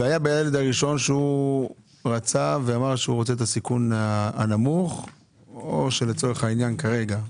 היה והילד הראשון רצה את הסיכון הנמוך או לצורך העניין כרגע,